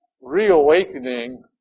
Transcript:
Reawakening